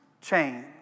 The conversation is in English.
change